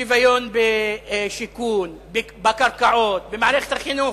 שוויון בשיכון, בקרקעות, במערכת החינוך.